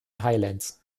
highlands